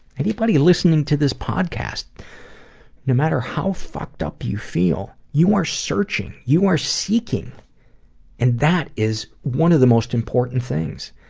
anybody listening to this podcast no matter how fucked up you feel you are searching, you are seeking and that is one of the important things.